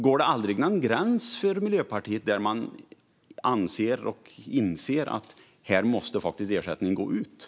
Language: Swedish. Finns det aldrig någon gräns för Miljöpartiet där man anser, och inser, att här måste faktiskt ersättning utgå?